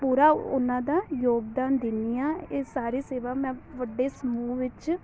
ਪੂਰਾ ਉਹਨਾਂ ਦਾ ਯੋਗਦਾਨ ਦਿੰਦੀ ਹਾਂ ਇਹ ਸਾਰੇ ਸੇਵਾ ਮੈਂ ਵੱਡੇ ਸਮੂਹ ਵਿੱਚ